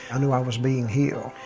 i knew i was being healed.